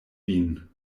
vin